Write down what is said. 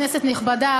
כנסת נכבדה,